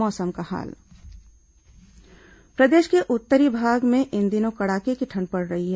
मौसम प्रदेश के उत्तरी भाग में इन दिनों कड़ाके की ठंड पड़ रही है